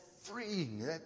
freeing